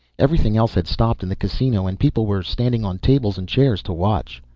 everything else had stopped in the casino and people were standing on tables and chairs to watch.